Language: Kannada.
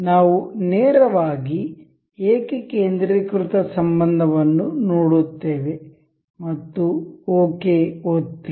ನಾವು ನೇರವಾಗಿ ಏಕಕೇಂದ್ರೀಕೃತ ಸಂಬಂಧವನ್ನು ನೋಡುತ್ತೇವೆ ಮತ್ತು ಓಕೆ ಒತ್ತಿ